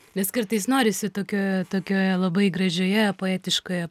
nes kartais norisi tokioje tokioje labai gražioje poetiškoje